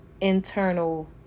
internal